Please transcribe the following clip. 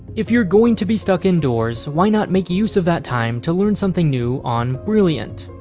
if you're going to be stuck indoors, why not make use of that time to learn something new on brilliant?